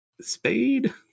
Spade